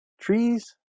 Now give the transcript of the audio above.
Trees